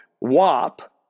WAP